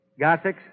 Gothics